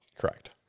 Correct